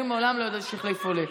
אני מעולם לא ידעתי שהחליפו לי.